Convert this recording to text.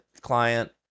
client